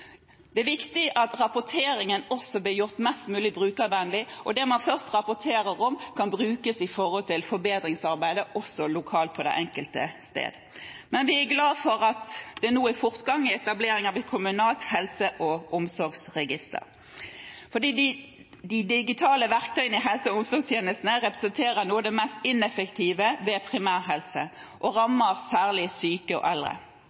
Det er viktig at rapporteringen også blir gjort mest mulig brukervennlig, og det man først rapporterer om, kan brukes i forbedringsarbeidet også lokalt, på det enkelte sted. Vi er glad for at det nå er fortgang i etableringen av et kommunalt helse- og omsorgsregister, for de digitale verktøyene i helse- og omsorgstjenesten representerer noe av det mest ineffektive innen primærhelse og rammer særlig syke og eldre.